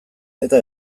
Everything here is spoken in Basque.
eta